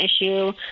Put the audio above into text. issue